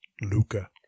Luca